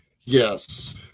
Yes